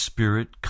Spirit